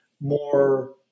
more